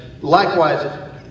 Likewise